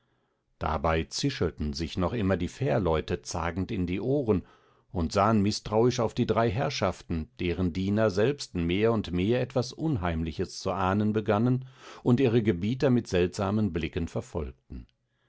dabei zischelten sich noch immer die fährleute zagend in die ohren und sahen mißtrauisch auf die drei herrschaften deren diener selbsten mehr und mehr etwas unheimliches zu ahnen begannen und ihre gebieter mit seltsamen blicken verfolgten